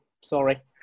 Sorry